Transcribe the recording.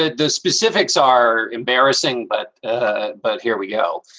ah the specifics are embarrassing, but. ah but here we go.